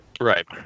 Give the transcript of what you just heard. Right